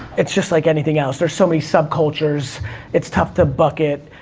it's just like anything else. there's so many subcultures it's tough to bucket,